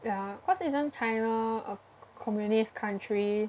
ya cause isn't China a communist country